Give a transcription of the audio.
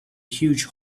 huge